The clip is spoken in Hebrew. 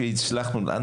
מהפכה,